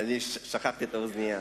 אני שכחתי את האוזנייה.